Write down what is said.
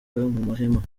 mahema